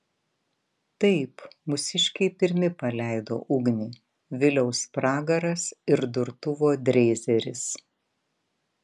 taip mūsiškiai pirmi paleido ugnį viliaus pragaras ir durtuvo dreizeris